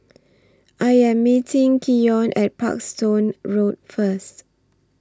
I Am meeting Keyon At Parkstone Road First